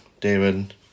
David